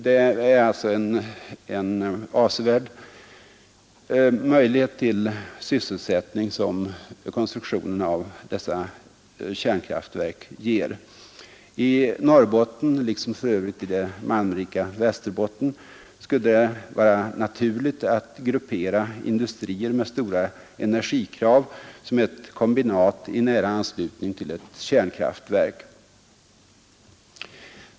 Det är alltså en avsevärd möjlighet till sysselsättning som konstruktionen och driften av dessa kärnkraftverk ger. I Norrbotten — liksom för övrigt i det malmrika Västerbotten — skulle det vara naturligt att gruppera industrier med stora energikrav som ett kombinat i nära anslutning till ett kärnkraftverk.